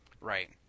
Right